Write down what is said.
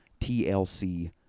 TLC